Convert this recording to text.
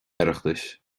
oireachtais